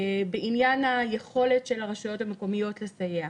בעניין היכולת של הרשויות המקומיות לסייע.